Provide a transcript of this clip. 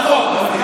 נכון?